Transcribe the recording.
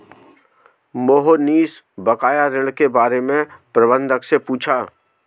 मोहनीश बकाया ऋण के बारे में प्रबंधक से पूछा